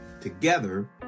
Together